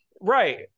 Right